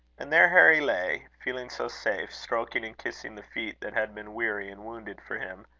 and there harry lay, feeling so safe, stroking and kissing the feet that had been weary and wounded for him,